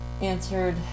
answered